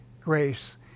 grace